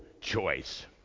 choice